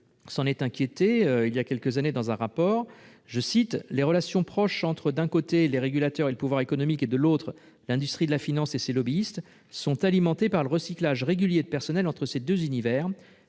s'en est inquiétée il y a quelques années dans un rapport. Selon elle, « les relations proches entre, d'un côté, les régulateurs et le pouvoir politique et, de l'autre, l'industrie de la finance et ses lobbyistes, sont alimentées par le recyclage régulier de personnel entre ces deux univers »